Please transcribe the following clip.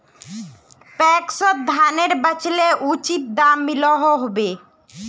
पैक्सोत धानेर बेचले उचित दाम मिलोहो होबे?